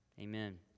Amen